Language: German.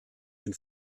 den